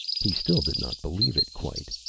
he still did not believe it, quite.